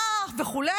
מה וכו'.